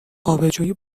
آبجو